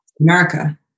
america